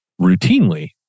routinely